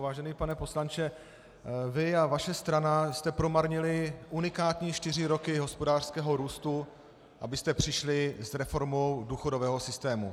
Vážený pane poslanče, vy a vaše strana jste promarnili unikátní čtyři roky hospodářského růstu, abyste přišli s reformou důchodového systému.